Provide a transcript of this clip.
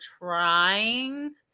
trying